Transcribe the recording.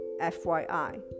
fyi